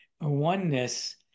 oneness